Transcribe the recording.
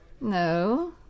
No